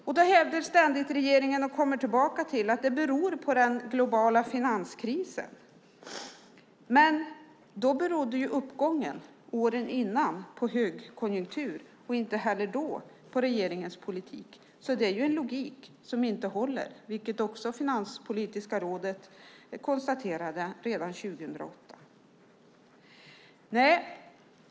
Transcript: Regeringen hävdar ständigt, och kommer tillbaka till, att det beror på den globala finanskrisen. Men då berodde ju uppgången åren innan dess på högkonjunktur och inte heller då på regeringens politik. Det är en logik som inte håller, vilket också Finanspolitiska rådet konstaterade redan 2008.